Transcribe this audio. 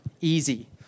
Easy